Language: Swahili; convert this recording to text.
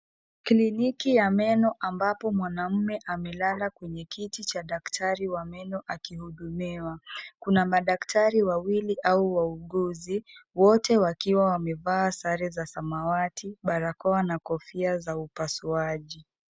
Kliniki ya meno ambapo mwanamme amelala kwenye kiti cha daktari wa meno akihudumiwa, kuna madaktari wawili au wauguzi wote wakiwa wamevaa sare za samawati, barakoa na kofia za upasuaji.